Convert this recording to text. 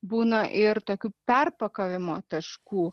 būna ir tokių perpakavimo taškų